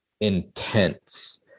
intense